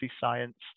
science